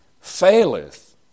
faileth